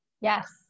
Yes